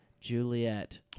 Juliet